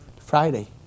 Friday